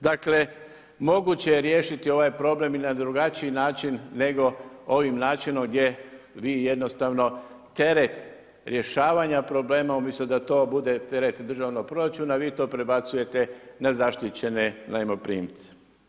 Dakle, moguće je riješiti ovaj problem i na drugačiji način, nego ovim načinom gdje vi jednostavno teret rješavanja problema, umjesto da to bude teret državnog proračuna, vi to prebacujete nezaštićene najmoprimce.